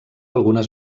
algunes